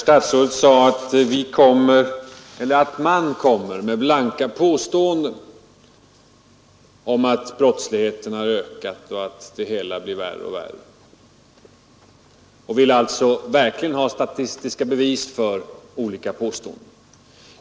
Fru talman! Herr statsrådet sade att man kommer med blanka påståenden om att brottsligheten har ökat och att det hela blir värre och värre, men han vill ha statistiska bevis för påståendena.